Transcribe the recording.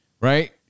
right